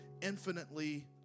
infinitely